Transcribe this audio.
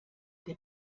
der